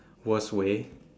worst way